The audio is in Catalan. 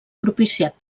propiciat